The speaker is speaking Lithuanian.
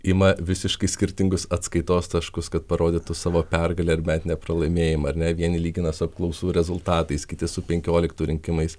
ima visiškai skirtingus atskaitos taškus kad parodytų savo pergalę bet ne pralaimėjimą ar ne vieni lygina su apklausų rezultatais kiti su penkioliktų rinkimais